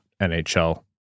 NHL